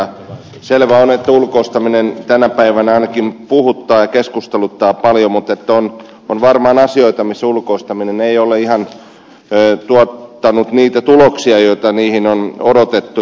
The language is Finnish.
selvä on että ulkoistaminen tänä päivänä ainakin puhuttaa ja keskusteluttaa paljon mutta on varmaan asioita missä ulkoistaminen ei ole ihan tuottanut niitä tuloksia joita on odotettu